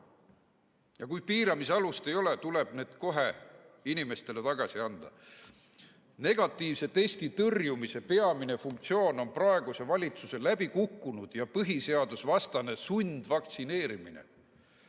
Kui piiramise alust ei ole, tuleb need õigused kohe inimestele tagasi anda. Negatiivse testi tõrjumise peamine funktsioon on praeguse valitsuse läbikukkunud ja põhiseadusvastane sundvaktsineerimine.